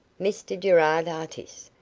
mr gerard artis,